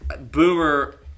Boomer